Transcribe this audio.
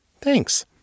Thanks